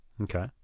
Okay